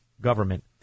government